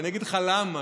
ואני אגיד לך למה.